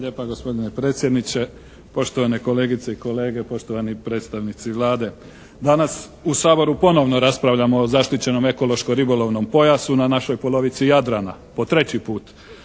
lijepa gospodine predsjedniče, poštovane kolegice i kolege, poštovani predstavnici Vlade. Danas u Saboru ponovo raspravljamo o zaštićenom ekološko-ribolovnom pojasu na našoj polovici Jadrana. Po treći put.